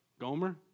Gomer